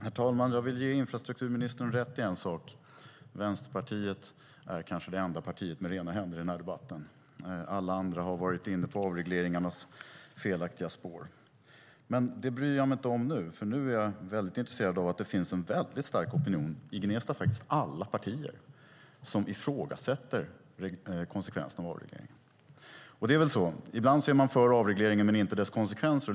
Herr talman! Jag vill ge infrastrukturministern rätt i en sak. Vänsterpartiet är kanske det enda partiet med rena händer i den här debatten. Alla andra har varit inne på avregleringarnas felaktiga spår. Men det bryr jag mig inte om nu. Nu är jag väldigt intresserad av att det finns en mycket stark opinion. I Gnesta är det alla partier som ifrågasätter konsekvenserna av avregleringen. Det är väl så. Ibland är man för avregleringen men inte dess konsekvenser.